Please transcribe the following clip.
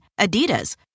Adidas